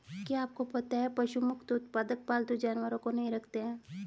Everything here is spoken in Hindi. क्या आपको पता है पशु मुक्त उत्पादक पालतू जानवरों को नहीं रखते हैं?